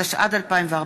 התשע"ד 2014,